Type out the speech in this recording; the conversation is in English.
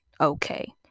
okay